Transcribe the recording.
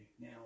Now